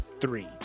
Three